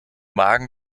magen